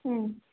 ಹ್ಞೂ